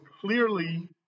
clearly